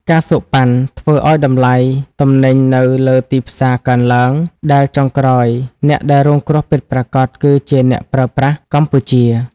ការសូកប៉ាន់ ធ្វើឱ្យតម្លៃទំនិញនៅលើទីផ្សារកើនឡើង ដែលចុងក្រោយអ្នកដែលរងគ្រោះពិតប្រាកដគឺអ្នកប្រើប្រាស់កម្ពុជា។